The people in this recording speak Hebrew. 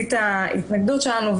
תמצית ההתנגדות שלנו,